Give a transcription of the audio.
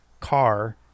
car